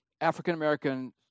African-American